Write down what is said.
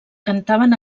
cantaven